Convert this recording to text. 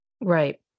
Right